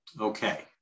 Okay